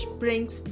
brings